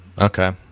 Okay